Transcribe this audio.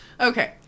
Okay